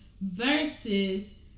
versus